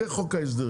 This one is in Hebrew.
אחרי חוק ההסדרים,